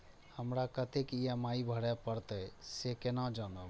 हमरा कतेक ई.एम.आई भरें परतें से केना जानब?